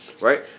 right